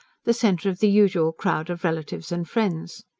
the centre of the usual crowd of relatives and friends.